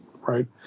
right